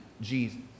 Jesus